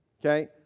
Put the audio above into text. Okay